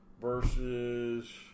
versus